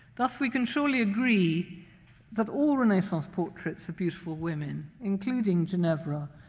thus, we can surely agree that all renaissance portraits of beautiful women, including ginevra,